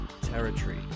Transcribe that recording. territory